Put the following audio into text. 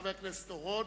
חבר הכנסת אורון.